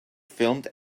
filmed